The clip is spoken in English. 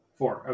four